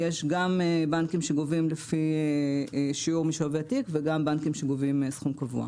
יש גם בנקים שגובים לפי שיעור משווי התיק וגם בנקים שגובים סכום קבוע.